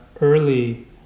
early